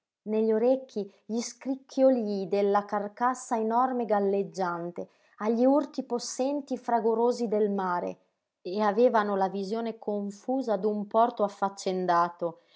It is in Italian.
negli orecchi gli scricchiolíi della carcassa enorme galleggiante agli urti possenti e fragorosi del mare e avevano la visione confusa d'un porto affaccendato